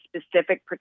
specific